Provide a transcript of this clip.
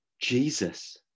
Jesus